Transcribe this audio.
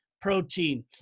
protein